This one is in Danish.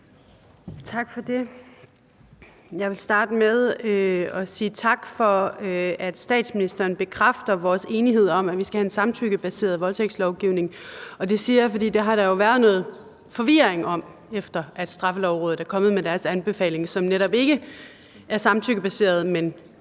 Tak for det. Jeg vil starte med at sige tak for, at statsministeren bekræfter vores enighed om, at vi skal have en samtykkebaseret voldtægtslovgivning. Det siger jeg, for det har der jo været noget forvirring om, efter at Straffelovrådet er kommet med deres anbefaling, som netop ikke går på, at det